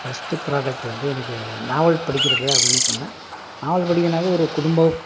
first product வந்து எனக்கு novel படிக்கின்றது அப்படின்னு சொன்னால் நாவல் படிக்கின்றதுனாக்கா ஒரு குடும்பம்